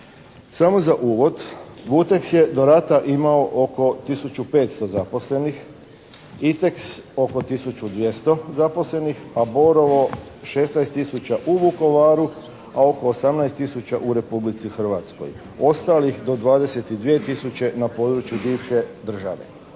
Samo za uvod "Vuteks" je do rata imao oko tisuću 500 zaposlenih, "Iteks" oko tisuću 200 zaposlenih, a "Borovo" 16 tisuća u Vukovaru, a oko 18 tisuća u Republici Hrvatskoj. Ostalih do 22 tisuće na području bivše države.